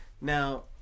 Now